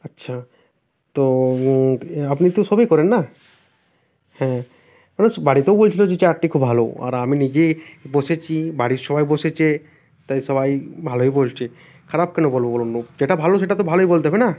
আচ্ছা তো আপনি তো সবই করেন না হ্যাঁ মানে বাড়িতেও বলছিলো যে চেয়ারটি খুব ভালো আর আমি নিজেই বসেছি বাড়ির সবাই বসেছে তাই সবাই ভালোই বলছে খারাপ কেন বলবো বলুন তো যেটা ভালো সেটা তো ভালোই বলতে হবে না